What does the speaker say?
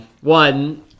One